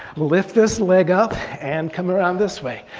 lift this leg up and come around this way.